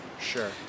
Sure